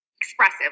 expressive